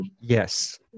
Yes